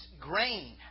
grain